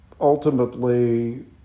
ultimately